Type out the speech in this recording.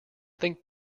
think